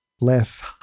less